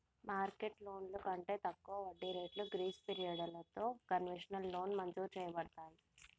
market లోన్లు కంటే తక్కువ వడ్డీ రేట్లు గ్రీస్ పిరియడలతో కన్వెషనల్ లోన్ మంజురు చేయబడతాయి